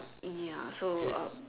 ya so um